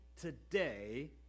today